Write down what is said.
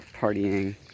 partying